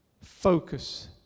Focus